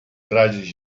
trajes